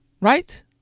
Right